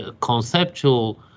conceptual